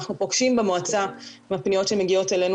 אנחנו פוגשים במועצה מהפניות שמגיעות אלינו,